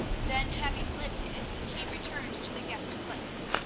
then having lit it, he returned to the guest place.